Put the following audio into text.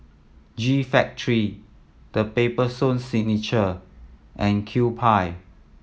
G Factory The Paper Stone Signature and Kewpie